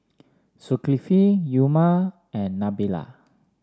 Zulkifli Umar and Nabila